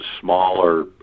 smaller